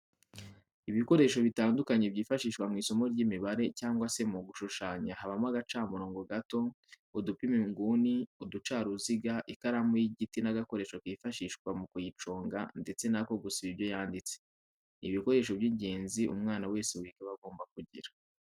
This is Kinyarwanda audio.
Ibikoresho bitandukanye byifashishwa mu isomo ry'imibare cyangwa se mu gushushanya habamo agacamurongo gato, udupima inguni, uducaruziga, ikaramu y'igiti n'agakoresho kifashishwa mu kuyiconga ndetse n'ako gusiba ibyo yanditse, ni ibikoresho by'ingenzi umwana wese wiga aba agomba kugira.